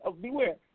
beware